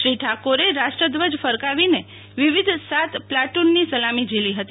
શ્રી ઠાકોરે રાષ્ટ્ર ધ્વજ ફરકાવીને વિવિધ સાત પ્લાટુનની સલામી ઝીલી ફતી